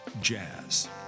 Jazz